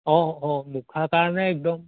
অঁ অঁ মুখাৰ কাৰণে একদম